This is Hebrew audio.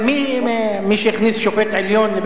יותר